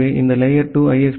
எனவே இந்த லேயர் 2 ஐ